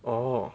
orh